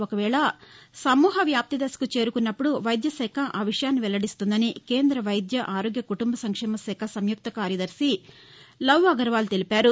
ఒకవేళ సమూహ వ్యాప్తి దశకు చేరుకున్నప్పుడు వైద్యశాఖ ఆ విషయాన్ని వెల్లడిస్తుందని కేంద వైద్య ఆరోగ్య కుటుంబ సంక్షేమ శాఖ సంయుక్త కార్యదర్శి లప్ అగర్వాల్ తెలిపారు